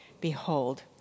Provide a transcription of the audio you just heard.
Behold